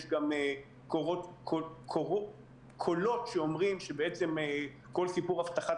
יש גם קולות שאומרים שכל סיפור הבטחת